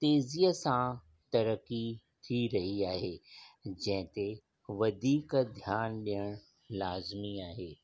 तेज़ीअ सां तरक़ी थी रही आहे जंहिं ते वधीक ध्यानु ॾियणु लाज़मी आहे